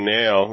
now